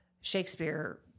Shakespeare